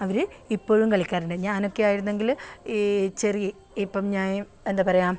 അവർ ഇപ്പോഴും കളിക്കാറുണ്ട് ഞാനൊക്കെ ആയിരുന്നെങ്കിൽ ഈ ചെറിയ ഇപ്പം ഞാൻ എന്താ പറയുക